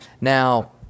Now